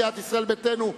ישראל ביתנו,